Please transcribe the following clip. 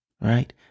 right